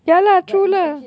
ya lah true lah